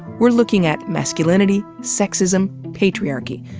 we're looking at masculinity, sexism, patriarchy.